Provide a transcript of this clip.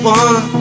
one